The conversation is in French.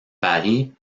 pari